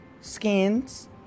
skins